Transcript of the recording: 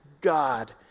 God